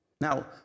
Now